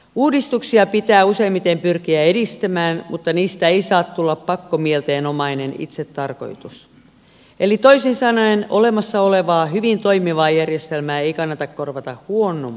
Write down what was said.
uudistuksia pitää useimmiten pyrkiä edistämään mutta niistä ei saa tulla pakkomielteenomainen itsetarkoitus eli toisin sanoen olemassa olevaa hyvin toimivaa järjestelmää ei kannata korvata huonommalla